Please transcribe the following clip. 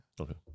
Okay